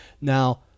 Now